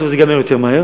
בסוף זה ייגמר יותר מהר,